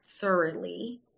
thoroughly